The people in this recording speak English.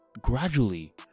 gradually